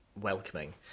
welcoming